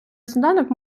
сніданок